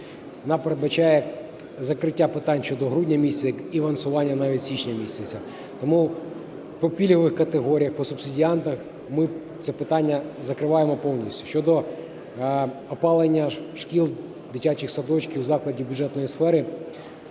Вона передбачає закриття питань щодо грудня місяця і авансування навіть січня місяця. Тому по пільгових категоріях, по субсидіантах ми це питання закриваємо повністю. Щодо опалення шкіл, дитячих садочків, закладів бюджетної сфери: